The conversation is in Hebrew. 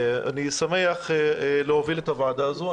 אני שמח להוביל את הוועדה הזו.